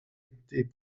était